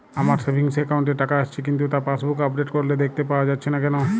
আমার savings account এ টাকা আসছে কিন্তু তা পাসবুক আপডেট করলে দেখতে পাওয়া যাচ্ছে না কেন?